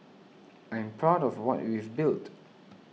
I'm proud of what we've built